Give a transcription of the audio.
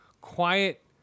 quiet